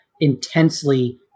intensely